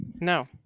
No